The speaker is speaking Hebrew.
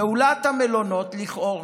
פעולת המלונות, לכאורה